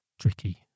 tricky